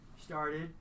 started